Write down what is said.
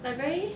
like very